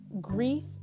grief